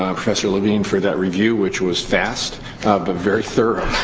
ah professor levine, for that review, which was fast but very thorough.